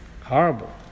Horrible